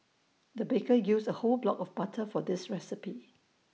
the baker used A whole block of butter for this recipe